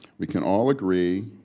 we can all agree